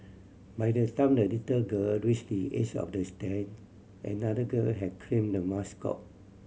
by the time the little girl reach the edge of the stand another girl had claimed the mascot